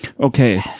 okay